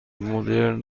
مدرن